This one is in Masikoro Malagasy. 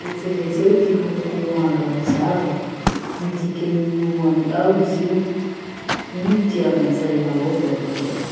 Vetsivetseo ty loko manga mazava. Midika ino amy ao izy io? Ino ty avy antsainao ao voaloha e?